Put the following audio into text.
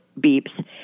beeps